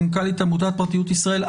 מנכ"לית עמותת פרטיות ישראל.